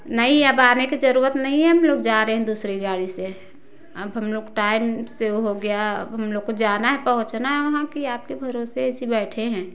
नहीं अब आने की ज़रूरत नहीं है हम लोग जा रहे हैं दूसरी गाड़ी से अब हम लोग टाइम से हो गया अब हम लोगों को जाना है पहुँचना है वहाँ की आपके भरोसे ऐसे ही बैठे हैं